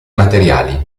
materiali